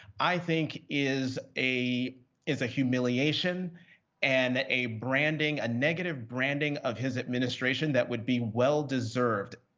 i think, is a is a humiliation and a branding, a negative branding of his administration that would be well-deserved,